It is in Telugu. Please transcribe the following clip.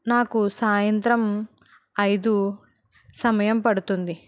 నాకు సాయంత్రం ఐదు సమయం పడుతుంది